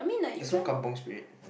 there's no kampung Spirit